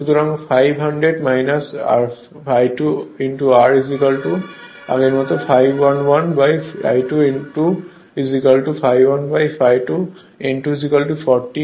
সুতরাং 500 ∅2 r আগের মতো 5 1 1 ∅2 n2 ∅1 ∅2 n2 40 1 করেছি